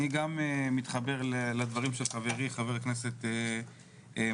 אני גם מתחבר לדברים של חברי ח"כ מרגי,